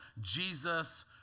Jesus